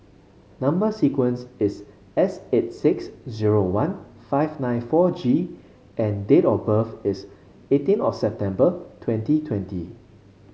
number sequence is S eight six zero one five nine four G and date of birth is eighteen of September twenty twenty